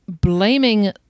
blaming